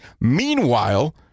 Meanwhile